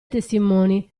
testimoni